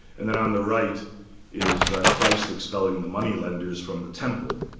and then on the right is christ expelling the moneylenders from the temple.